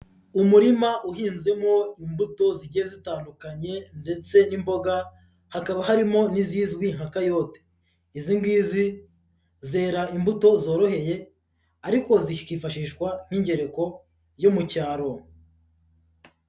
Umurima uhinzemo imbuto zigiye zitandukanye ndetse n'imboga, hakaba harimo n'izizwi nka kayote, izi ngizi zera imbuto zoroheye ariko zikifashishwa nk'ingereko yo mu cyaro.